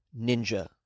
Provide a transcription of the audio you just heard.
ninja